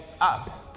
up